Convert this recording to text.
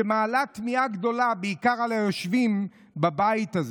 שמעלה תמיהה גדולה, בעיקר על היושבים בבית הזה.